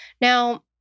Now